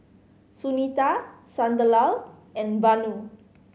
Sunita Sunderlal and Vanu